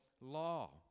law